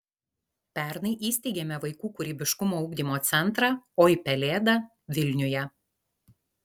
pernai įsteigėme vaikų kūrybiškumo ugdymo centrą oi pelėda vilniuje